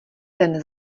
ten